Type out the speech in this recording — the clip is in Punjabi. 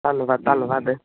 ਧੰਨਵਾਦ ਧੰਨਵਾਦ